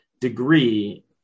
degree